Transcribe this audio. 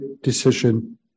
decision